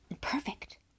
Perfect